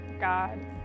God